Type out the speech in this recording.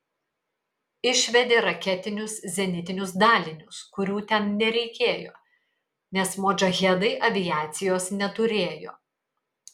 išvedė raketinius zenitinius dalinius kurių ten nereikėjo nes modžahedai aviacijos neturėjo